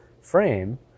frame